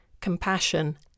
compassion